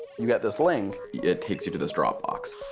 you get this link it takes you to this dropbox.